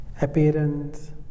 appearance